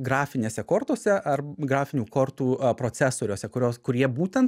grafinėse kortose ar grafinių kortų procesoriuose kurios kurie būtent